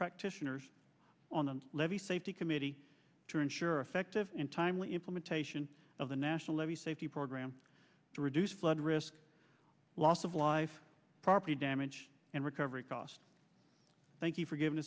practitioners on the levee safety committee to ensure fact of and timely implementation of the national levees safety program to reduce flood risk loss of life property damage and recovery costs thank you for giving